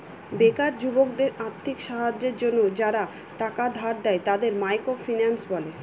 বেকার যুবকদের আর্থিক সাহায্যের জন্য যারা টাকা ধার দেয়, তাদের মাইক্রো ফিন্যান্স বলে